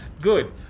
Good